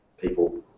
people